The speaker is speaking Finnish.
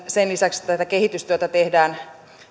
sen lisäksi että tätä kehitystyötä tehdään